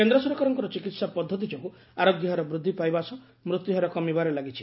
କେନ୍ଦ୍ର ସରକାରଙ୍କ ଚିକିହା ପଦ୍ଧତି ଯୋଗୁଁ ଆରୋଗ୍ୟ ହାର ବୃଦ୍ଧି ପାଇବା ସହ ମୃତ୍ୟୁହାର କମିବାରେ ଲାଗିଛି